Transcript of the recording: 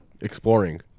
exploring